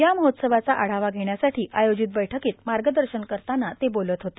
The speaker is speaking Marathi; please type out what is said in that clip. या महोत्सवाचा आढावा घेण्यासाठी आयोजित बैठकीत मार्गदर्शन करताना ते बोलत होते